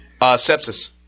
Sepsis